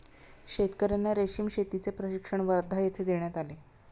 शेतकर्यांना रेशीम शेतीचे प्रशिक्षण वर्धा येथे देण्यात आले